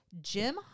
Jim